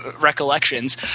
recollections